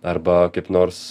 arba kaip nors